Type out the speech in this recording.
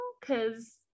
Cause